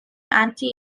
anti